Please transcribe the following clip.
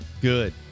Good